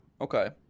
Okay